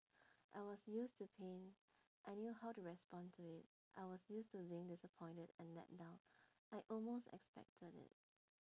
I was used to pain I knew how to respond to it I was used to being disappointed and let down I almost expected it